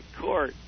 court